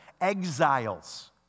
exiles